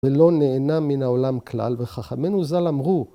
‫ולא נהנה מן העולם כלל, ‫וחכמנו ז"ל אמרו...